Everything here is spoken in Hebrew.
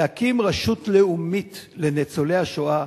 להקים רשות לאומית לניצולי השואה,